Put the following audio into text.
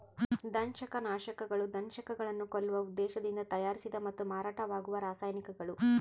ದಂಶಕನಾಶಕಗಳು ದಂಶಕಗಳನ್ನು ಕೊಲ್ಲುವ ಉದ್ದೇಶದಿಂದ ತಯಾರಿಸಿದ ಮತ್ತು ಮಾರಾಟವಾಗುವ ರಾಸಾಯನಿಕಗಳು